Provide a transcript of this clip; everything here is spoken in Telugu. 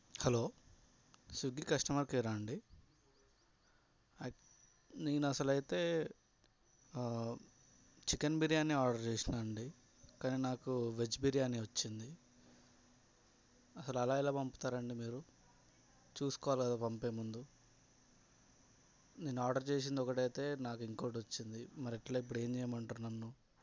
హలో స్విగ్గీ కస్టమర్ కేరా అండి యాక్ నేను అసలైతే చికెన్ బిర్యానీ ఆర్డర్ చేసినా అండి కానీ నాకు వెజ్ బిర్యానీ వచ్చింది అసలు అలా ఎలా పంపుతారండి మీరు చూసుకోవాలి కదా పంపే ముందు నేను ఆర్డర్ చేసింది ఒకటయితే నాకు ఇంకోటి వచ్చింది మరి ఎట్లా ఇప్పుడు ఏం చేయమంటారు నన్ను